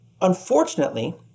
unfortunately